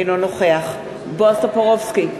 אינו נוכח בועז טופורובסקי,